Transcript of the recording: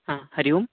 हा हरिः ओं